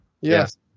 yes